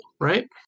right